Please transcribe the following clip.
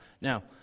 Now